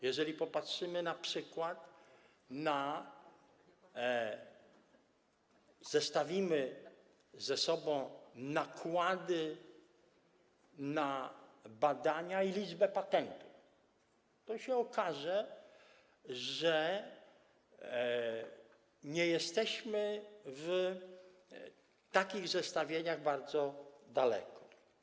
Jeżeli np. zestawimy ze sobą nakłady na badania i liczbę patentów, to się okaże, że nie jesteśmy w takich zestawieniach bardzo daleko.